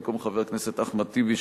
במקום חבר הכנסת אחמד טיבי,